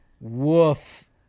Woof